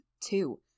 two